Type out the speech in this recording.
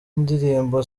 indirimbo